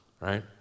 right